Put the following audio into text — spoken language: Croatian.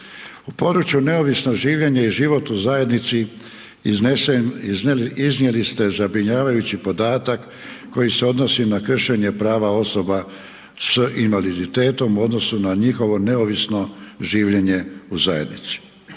U području neovisnog življenja i život iznesen, iznijeli ste zabrinjavajući podatak koji se odnosi na kršenje prava osoba s invaliditetom u odnosu na njihovo neovisno življenje u zajednici.